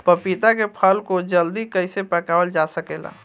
पपिता के फल को जल्दी कइसे पकावल जा सकेला?